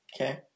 okay